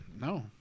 No